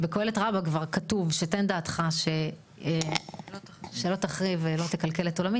בקהלת רבה כתוב "תן דעתך שלא תחריב ולא תקלקל את עולמי,